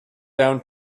down